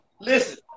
listen